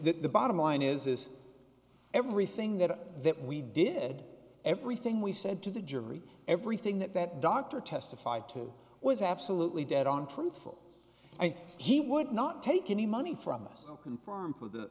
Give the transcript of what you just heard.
the bottom line is is everything that that we did everything we said to the jury everything that that doctor testified to was absolutely dead on truthful and he would not take any money from us to confirm who the